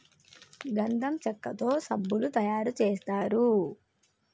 గంధం చెక్కతో సబ్బులు తయారు చేస్తారు